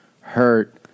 hurt